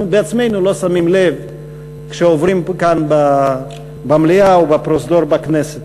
אנחנו בעצמנו לא שמים לב כשאנחנו עוברים כאן במליאה או בפרוזדור בכנסת.